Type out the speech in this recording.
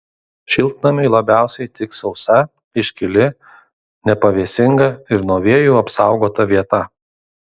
šiltnamiui labiausiai tiks sausa iškili nepavėsinga ir nuo vėjų apsaugota vieta